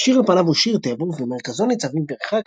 השיר על פניו הוא שיר טבע ובמרכזו ניצבים פרחי